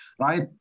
right